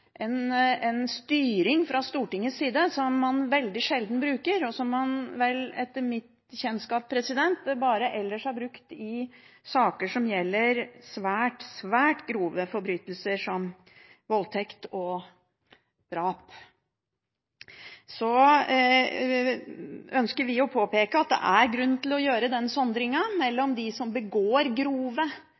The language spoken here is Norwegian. altså en styring fra Stortingets side som man veldig sjelden bruker, og som man etter mitt kjennskap ellers bare har brukt i saker som gjelder svært, svært grove forbrytelser som voldtekt og drap – ønsker vi å påpeke at det er grunn til å gjøre denne sondringen mellom dem som kommer hit i den hensikt å begå grove kriminelle handlinger, og dem som